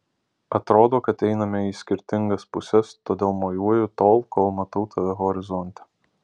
atrodo kad einame į skirtingas puses todėl mojuoju tol kol matau tave horizonte